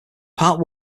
part